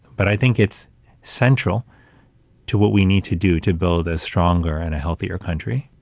but i think it's central to what we need to do to build a stronger and a healthier country.